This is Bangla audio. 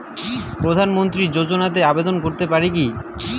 প্রধানমন্ত্রী যোজনাতে আবেদন করতে পারি কি?